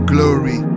Glory